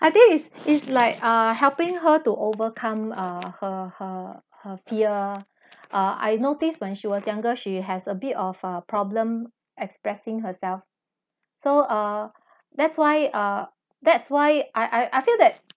I think it's it's like uh helping her to overcome uh her her her peer uh I notice when she was younger she has a bit of a problem expressing herself so uh that's why uh that's why I I feel that